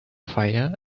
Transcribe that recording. fire